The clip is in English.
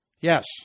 Yes